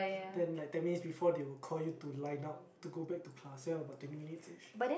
then like that means before they will call you to line up to go back to class there about twenty minutes-ish